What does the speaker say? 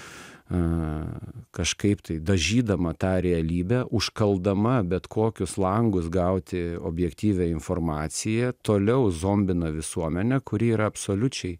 a kažkaip tai dažydama tą realybę užkaldama bet kokius langus gauti objektyvią informaciją toliau zombina visuomenę kuri yra absoliučiai